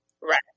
Right